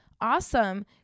awesome